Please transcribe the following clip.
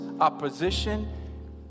opposition